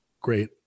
great